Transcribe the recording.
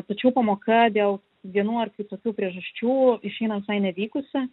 tačiau pamoka dėl vienų ar kitokių priežasčių išeina visai nevykusi